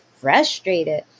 frustrated